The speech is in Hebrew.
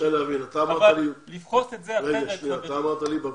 אמרת לי בפגישה